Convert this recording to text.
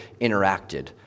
interacted